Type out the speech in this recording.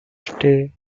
stay